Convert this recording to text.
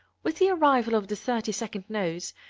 with the arrival of the thirty-second notes,